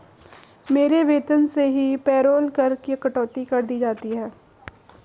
मेरे वेतन से ही पेरोल कर की कटौती कर दी जाती है